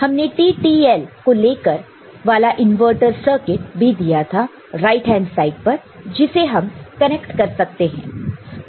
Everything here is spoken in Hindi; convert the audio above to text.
हमने TTL को लेकर वाला इनवर्टर सर्किट भी दिया था राइट हैंड साइड पर जिसे हम कनेक्ट कर सकते हैं